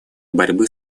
борьбы